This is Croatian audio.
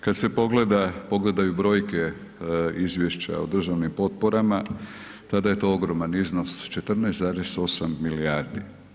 Kad se pogledaju brojke izvješća o državnim potporama, tada je to ogroman iznos, 14,8 milijardi.